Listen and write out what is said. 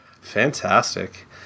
Fantastic